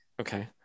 Okay